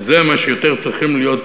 כי זה מה שיותר צריכים להיות,